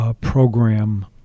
program